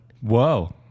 Whoa